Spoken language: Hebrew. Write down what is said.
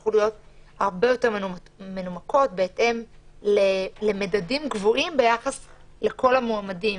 יצטרכו להיות הרבה יותר מנומקות בהתאם למדדים קבועים ביחס לכל המועמדים,